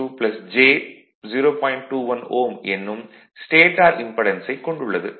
21 Ω எனும் ஸ்டேடார் இம்படென்ஸைக் கொண்டுள்ளது